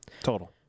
Total